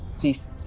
jia!